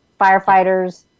Firefighters